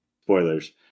Spoilers